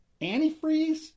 antifreeze